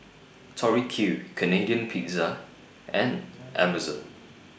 Tori Q Canadian Pizza and Amazon